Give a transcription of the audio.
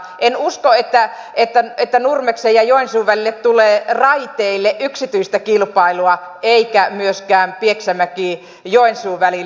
en usko että nurmeksen ja joensuun välille tulee raiteille yksityistä kilpailua eikä myöskään pieksämäkijoensuu välille